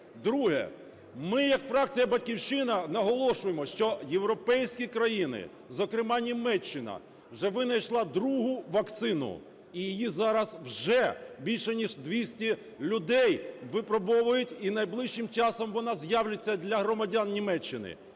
Друге. Ми як фракція "Батьківщина" наголошуємо, що європейські країни, зокрема, Німеччина, вже винайшла другу вакцину і її зараз вже більше ніж 200 людей випробовують, і найближчим часом вона з'явиться для громадян Німеччини.